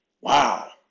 wow